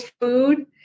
food